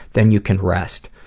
then you can rest.